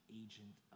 agent